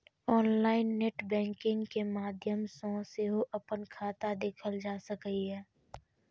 online net banking के माध्यम सं सेहो अपन खाता देखल जा सकैए